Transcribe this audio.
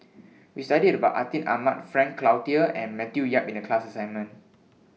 We studied about Atin Amat Frank Cloutier and Matthew Yap in The class assignment